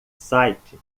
site